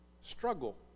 struggle